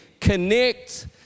connect